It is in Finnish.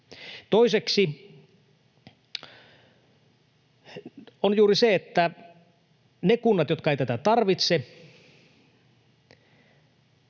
tässä on juuri se, että ne kunnat, jotka eivät tätä tarvitse,